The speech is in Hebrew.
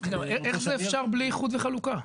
--- איך זה אפשר בלי איחוד וחלוקה?